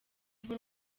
kuko